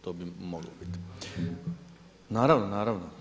To bi moglo bit. … [[Upadica sa strane, ne čuje se.]] Naravno, naravno.